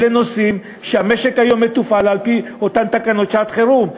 אלה נושאים שהמשק היום מתופעל בהם על-פי אותן תקנות שעת-חירום.